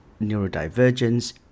neurodivergence